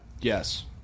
Yes